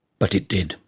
but it did.